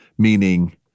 Meaning